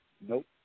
Nope